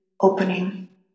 opening